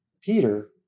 Peter